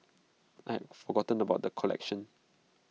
I had forgotten about the collection